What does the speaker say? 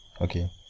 Okay